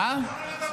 מה הבעיה?